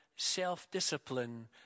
self-discipline